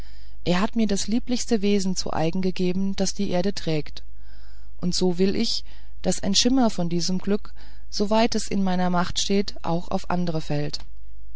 er hat mir das lieblichste wesen zu eigen gegeben das die erde trägt und so will ich daß ein schimmer von diesem gluck soweit es in meiner macht steht auch auf andere fällt